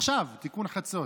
עכשיו תיקון חצות.